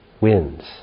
wins